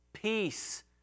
Peace